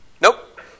Nope